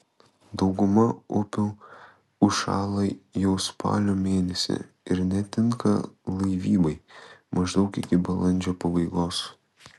dauguma upių užšąla jau spalio mėnesį ir netinka laivybai maždaug iki balandžio pabaigos